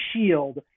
shield